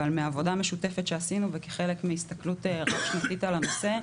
אבל מהעבודה המשותפת שעשנו וכחלק מהסתכלות רב שנתית על הנושא,